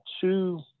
two